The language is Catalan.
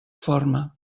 forma